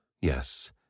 yes